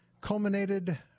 culminated